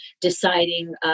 deciding